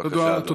בבקשה, אדוני.